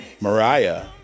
Mariah